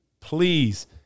please